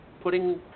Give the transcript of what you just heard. putting